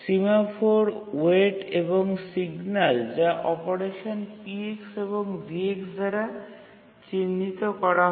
semaphore wait এবং signal যা operation P এবং V দ্বারা চিহ্নিত করা হয়